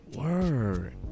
Word